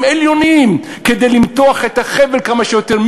עליונים כדי למתוח את החבל הזה כמה שיותר.